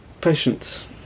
patience